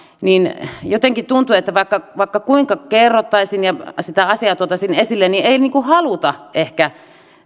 jotenkin tuntui että vaikka vaikka kuinka kerrottaisiin ja sitä asiaa tuotaisiin esille niin ei haluta ehkä